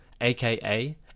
aka